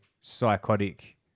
psychotic